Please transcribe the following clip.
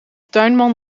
tuinman